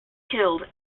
killed